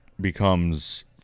becomes